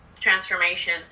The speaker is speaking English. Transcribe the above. transformation